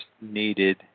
needed